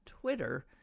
Twitter